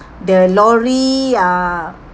the lorry uh